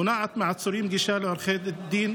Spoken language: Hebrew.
מונעת מהעצורים גישה לעורכי דין